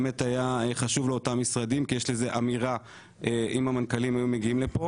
כי יש לזה אמירה אם המנכ"לים היו מגיעים לפה.